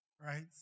Right